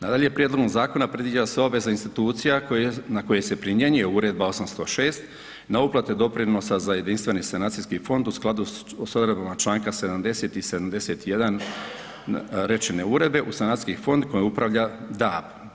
Nadalje, prijedlogom zakona predviđa se obveza institucija na koje se primjenjuje Uredba 806 na uplate doprinosa za jedinstveni sanacijski fond u skladu s odredbama Članka 70. i 71. rečene Uredbe u sanacijski fond kojom upravlja DAB.